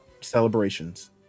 celebrations